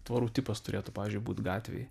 tvorų tipas turėtų pavyzdžiui būt gatvėj